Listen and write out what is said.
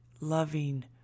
loving